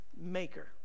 maker